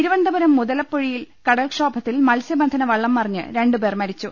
തിരുവനന്തപുരം മുതലപ്പൊഴിയിൽ കട്ടൽക്ഷോഭത്തിൽ മത്സ്യ ബന്ധന വള്ളം മറിഞ്ഞ് രണ്ടു പേർ മരിച്ചു